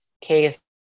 case